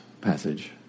passage